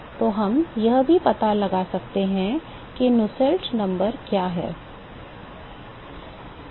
तो हम यह भी पता लगा सकते हैं कि नुसेल्ट नंबर क्या है